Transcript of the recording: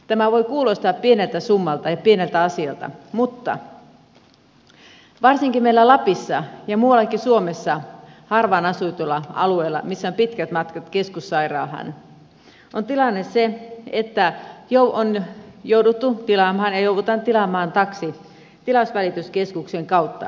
tämä voi kuulostaa pieneltä summalta ja pieneltä asialta mutta varsinkin meillä lapissa ja muuallakin suomessa harvaanasutuilla alueilla missä on pitkät matkat keskussairaalaan on tilanne se että on jouduttu tilaamaan ja joudutaan tilaamaan taksi tilausvälityskeskuksen kautta